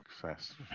success